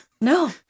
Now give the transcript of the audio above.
No